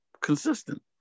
consistent